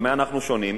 במה אנחנו שונים?